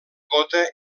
gota